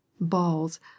balls